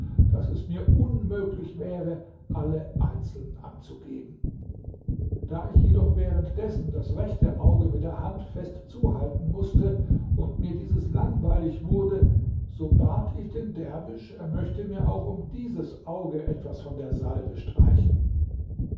daß es mir unmöglich wäre alle einzeln anzugeben da ich jedoch während dessen das rechte auge mit der hand fest zuhalten mußte und mir dieses langweilig wurde so bat ich den derwisch er möchte mir auch um dieses auge etwas von der salbe streichen